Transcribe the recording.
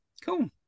Cool